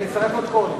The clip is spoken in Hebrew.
לצרף עוד קול.